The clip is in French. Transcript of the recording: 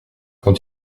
quand